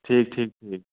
ठीक ठीक